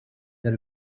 that